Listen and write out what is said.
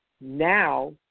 Now